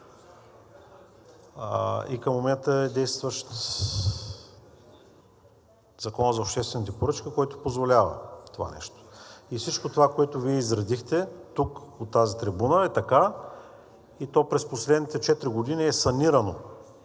и към момента е действащ Законът за обществените поръчка, който позволява това нещо. И всичко това, което Вие изредихте тук от тази трибуна, е така, и то през последните четири години е санирано,